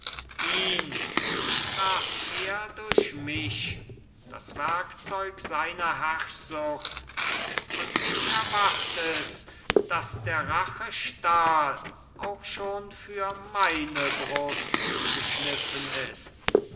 straft er durch mich das werkzeug seiner herrschsucht und ich erwart es daß der rache stahl auch schon für meine brust geschliffen ist